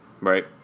Right